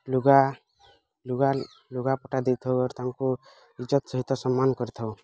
ଲୁଗା ଲୁଗା ଲୁଗା ପଟା ଦେଇଥାଉ ଆଉ ତାଙ୍କୁ ଇଜ୍ଜତ୍ ସହିତ ସମ୍ମାନ କରିଥାଉ